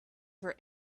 for